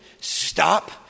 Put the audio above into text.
stop